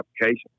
application